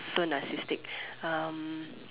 so narcissistic um